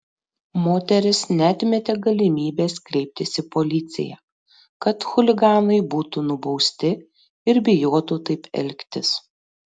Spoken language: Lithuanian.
moteris neatmetė galimybės kreiptis į policiją kad chuliganai būtų nubausti ir bijotų taip elgtis